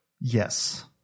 Yes